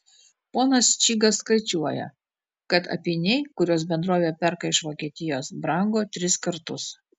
ponas čygas skaičiuoja kad apyniai kuriuos bendrovė perka iš vokietijos brango tris kartus